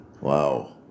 Wow